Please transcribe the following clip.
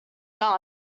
none